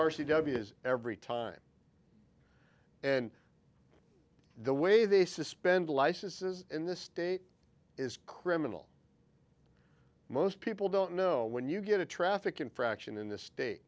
debbie is every time and the way they suspend licenses in this state is criminal most people don't know when you get a traffic infraction in the state